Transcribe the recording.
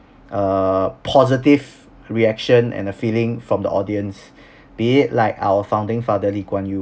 err positive reaction and a feeling from the audience be it like our founding father lee kuan yew